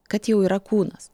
kad jau yra kūnas